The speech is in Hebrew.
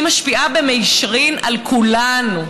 היא משפיעה במישרין על כולנו,